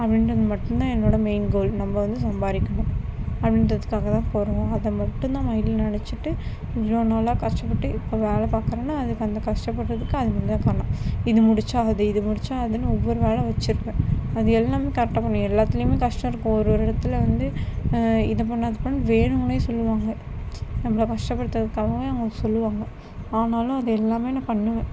அப்படின்றது மட்டும்தான் என்னோடய மெயின் கோல் நம்ப வந்து சம்பாதிக்கணும் அப்படின்றதுக்காகத்தான் போகிறோம் அத மட்டும்தான் மைண்டில் நினச்சிட்டு இவ்வளோ நாளாக கஷ்டப்பட்டு இப்போ வேலைபாக்கறேன்னா அதுக்கு அந்த கஷ்டப்படறதுக்கு அதுதான் காரணம் இது முடித்தா அது இது முடித்தா அதுனு ஒவ்வொரு நாளும் வச்சுருப்பேன் அது எல்லாமே கரெக்ட்டாக பண்ணிடுவேன் எல்லாத்திலும் கஷ்டம் இருக்கும் ஒரொரு இடத்தில் வந்து இது பண்ணலாம் அது பண்ணலாம்னு வேணும்னே சொல்லுவாங்க நம்பளை கஷ்டப்படுத்தறதுக்காகவே அவங்க சொல்லுவாங்கள் ஆனாலும் அது எல்லாமே நான் பண்ணுவேன்